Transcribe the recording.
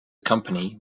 company